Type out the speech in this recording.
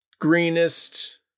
greenest